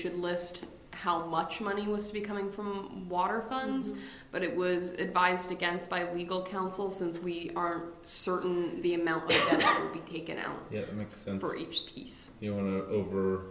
should list how much money has to be coming from water funds but it was advised against by legal counsel since we are certain the amount that would be taken out